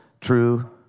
true